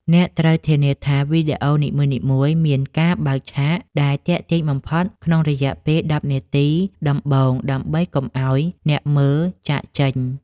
អ្នកត្រូវធានាថាវីដេអូនីមួយៗមាន ការបើកឆាក ដែលទាក់ទាញបំផុតក្នុងរយៈពេល ១០ វិនាទីដំបូងដើម្បីកុំឱ្យអ្នកមើលចាកចេញ។